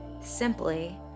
simply